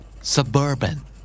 Suburban